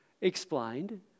explained